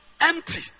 empty